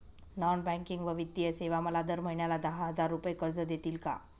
Non banking व वित्तीय सेवा मला दर महिन्याला दहा हजार रुपये कर्ज देतील का?